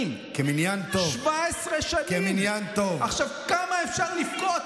כי באמת היא הפסיקה אותי ואופיר דיבר,